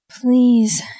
Please